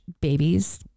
babies